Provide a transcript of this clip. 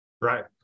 Right